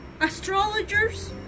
astrologers